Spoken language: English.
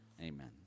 Amen